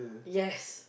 yes